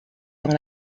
dans